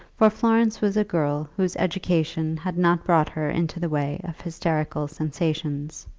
for florence was a girl whose education had not brought her into the way of hysterical sensations.